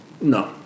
No